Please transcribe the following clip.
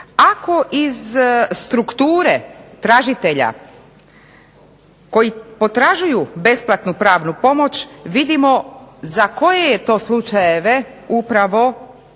Ako iz strukture tražitelja koji potražuju besplatnu pravnu pomoć vidimo za koje je to slučajeve upravo